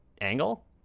angle